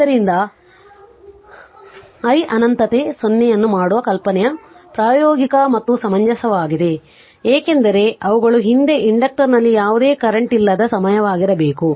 ಆದ್ದರಿಂದ i ಅನಂತತೆ 0 ಅನ್ನು ಮಾಡುವ ಕಲ್ಪನೆಯು ಪ್ರಾಯೋಗಿಕ ಮತ್ತು ಸಮಂಜಸವಾಗಿದೆ ಏಕೆಂದರೆ ಅವುಗಳು ಹಿಂದೆ ಇಂಡಕ್ಟರ್ನಲ್ಲಿ ಯಾವುದೇ ಕರೆಂಟ್ವಿಲ್ಲದ ಸಮಯವಾಗಿರಬೇಕು